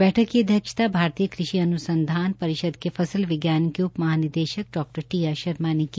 बैठक की अध्यक्षता भारतीय कृषि अन्संधान परिषद के फसल विज्ञान के उपमहानिदेशक डॉ टीआर शर्मा ने की